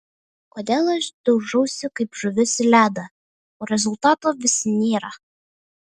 kodėl aš daužausi kaip žuvis į ledą o rezultato vis nėra